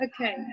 okay